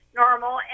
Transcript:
normal